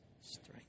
strength